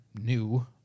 new